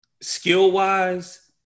skill-wise